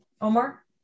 Omar